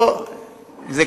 פה זו